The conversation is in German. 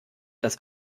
dass